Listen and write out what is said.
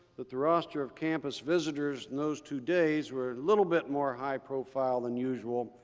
that the roster of campus visitors in those two days were a little bit more high profile than usual,